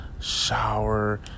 shower